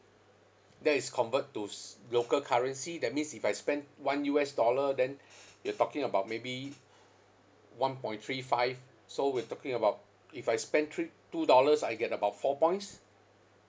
that is convert to s~ local currency that means if I spend one U_S dollar then you're talking about maybe one point three five so we're talking about if I spend three two dollars I get about four points